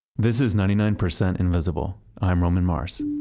this is ninety nine percent invisible. i'm roman mars.